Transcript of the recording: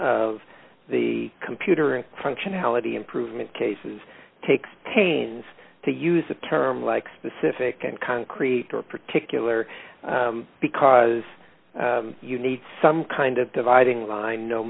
of the computer and functionality improvement cases takes pains to use a term like specific and concrete or particular because you need some kind of dividing line no